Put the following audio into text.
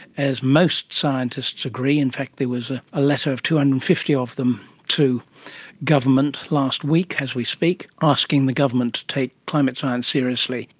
as most scientists agree, in fact there was ah a letter of two hundred and fifty of them to government last week as we speak, asking the government to take climate science seriously.